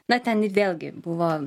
na ten ir vėlgi buvo